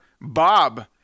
Bob